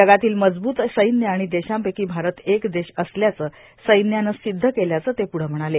जगातील मजबूत सैन्य आर्माण देशापैका भारत एक देश असल्याचं सैन्यानं ासद्ध केल्याचं ते पुढं म्हणाले